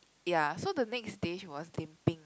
ya so the next day she was limping